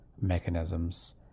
mechanisms